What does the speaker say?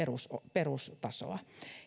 perustasoa